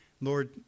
Lord